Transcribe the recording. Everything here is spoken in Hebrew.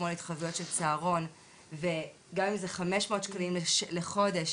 כמו התחייבויות של צהרון וגם אם זה 500 שקלים לחודש,